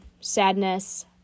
sadness